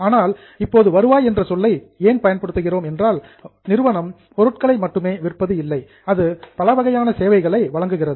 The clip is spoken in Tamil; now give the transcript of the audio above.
ஆனால் இப்போது வருவாய் என்ற சொல்லை ஏன் பயன்படுத்துகிறோம் என்றால் நிறுவனம் பொருட்களை மட்டுமே விற்பது இல்லை அது பல வகையான சேவைகளை வழங்குகிறது